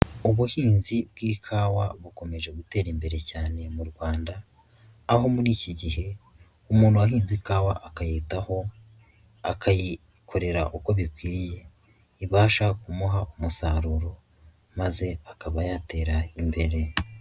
Ubuhinzi bw'ikawa bukomeje gutera imbere cyane mu Rwanda aho muri iki gihe umuntu wahinze ikawa akayitaho akayikorera uko bikwiriye ibasha kumuha umusaruro maze akaba yatera imbere.